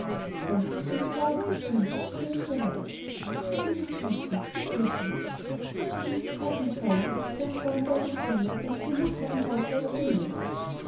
endlich schien sie worte zu finden und flötete leise liebes christkind ich fürchte mich ich bin so zart und fein und es wäre gar unweiblich von mir wenn ich mehr mut haben wollte als die männer